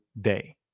day